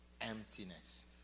emptiness